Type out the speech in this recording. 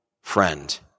friend